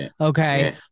okay